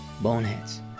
boneheads